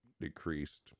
decreased